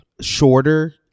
shorter